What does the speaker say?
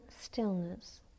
stillness